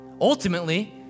Ultimately